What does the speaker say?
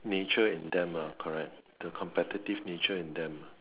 nature in them ah correct the competitive nature in them